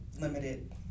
limited